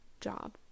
job